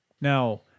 Now